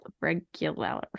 regular